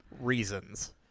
reasons